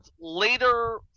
later